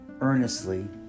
earnestly